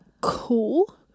cool